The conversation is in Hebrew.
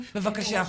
בבקשה.